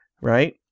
Right